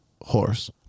horse